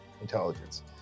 intelligence